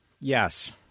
Yes